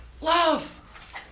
Love